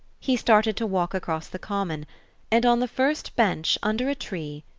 he started to walk across the common and on the first bench, under a tree,